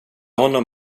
honom